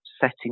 setting